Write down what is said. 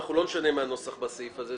ואנחנו לא נשנה מן הנוסח בסעיף הזה,